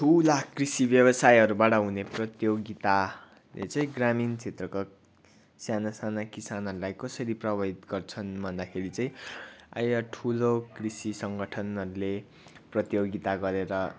ठुला कृषि व्यवसायहरूबाट हुने प्रतियोगिताले चाहिँ ग्रामीण क्षेत्रका साना साना किसानहरूलाई कसरी प्रभावित गर्छन् भन्दाखेरि चाहिँ अहिले ठुलो कृषि सङ्गठनहरूले प्रतियोगिता गरेर